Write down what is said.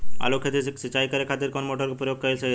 आलू के खेत सिंचाई करे के खातिर कौन मोटर के प्रयोग कएल सही होई?